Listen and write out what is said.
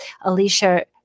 Alicia